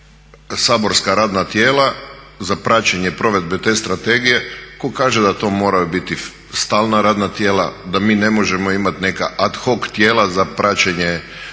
saborska radna tijela za praćenje provedbe te strategije, ko kaže da to moraju biti stalna radna tijela, da mi ne možemo imati neka ad hoc tijela za praćenje provedbe